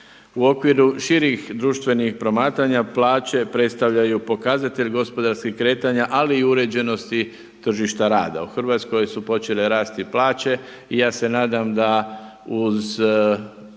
U okviru širih društvenih promatranja plaće predstavljaju pokazatelj gospodarskih kretanja ali i uređenosti tržišta rada. U Hrvatskoj su počele rasti plaće i ja se nadam da uz